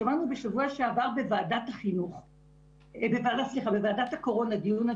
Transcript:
שמענו בשבוע שעבר בוועדת הקורונה דיון על